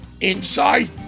Inside